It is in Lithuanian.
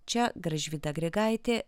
čia gražvyda grigaitė